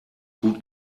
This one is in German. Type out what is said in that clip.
gut